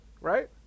Right